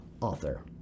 author